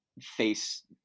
face